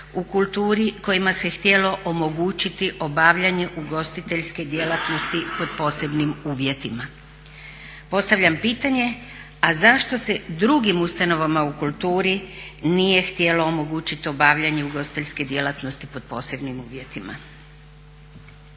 u kulturi kojima se htjelo omogućiti obavljanje ugostiteljske djelatnosti pod posebnim uvjetima. Postavljam pitanje a zašto se drugim ustanovama u kulturi nije htjelo omogućiti obavljanje ugostiteljske djelatnosti pod posebnim uvjetima?